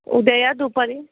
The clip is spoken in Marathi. उद्या या दुपारी